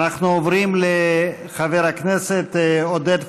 אנחנו עוברים לחבר הכנסת עודד פורר,